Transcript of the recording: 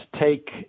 take